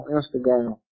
Instagram